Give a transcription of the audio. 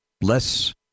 less